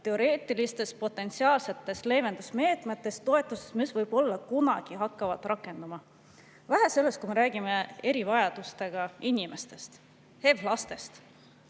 teoreetilistest potentsiaalsetest leevendusmeetmetest-toetustest, mis võib-olla kunagi hakkavad rakenduma. Kui me räägime erivajadustega inimestest, HEV lastest,